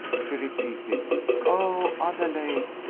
she repeated oh, adelaide,